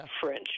French